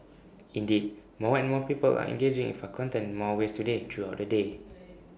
indeed more and more people are engaging with our content in more ways today throughout the day